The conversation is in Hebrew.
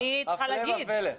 וקואליציה, הפלא ופלא.